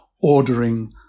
ordering